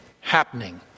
happening